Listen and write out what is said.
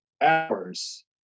hours